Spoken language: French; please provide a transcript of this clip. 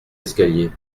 escalier